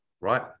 right